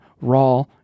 raw